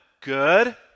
Good